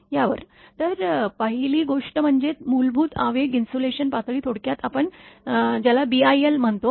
तर पहिली गोष्ट म्हणजे मूलभूत आवेग इन्सुलेशन पातळी थोडक्यात आपण बीआयएल म्हणतो